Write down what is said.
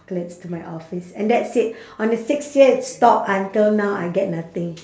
~olates to my office and that's it on the sixth year it stopped until now I get nothing